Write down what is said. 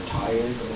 tired